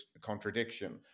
contradiction